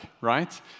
right